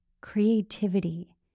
creativity